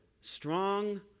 strong